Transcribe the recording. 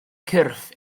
cyrff